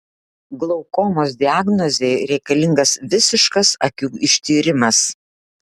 glaukomos diagnozei reikalingas visiškas akių ištyrimas